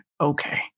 okay